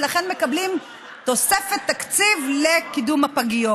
ולכן מקבלים תוספת תקציב לקידום הפגיות.